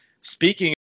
Speaking